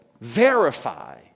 verify